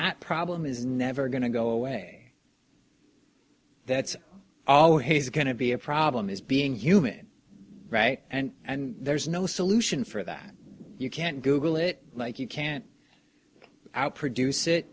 that problem is never going to go away that's always going to be a problem is being human right and there's no solution for that you can't google it like you can't out produce it